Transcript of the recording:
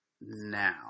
now